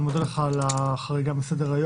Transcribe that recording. אני מודה לך על החריגה מסדר-היום.